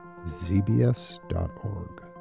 ZBS.org